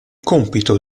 compito